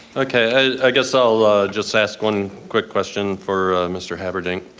okay, i guess i'll just ask one quick question for mr. habedank.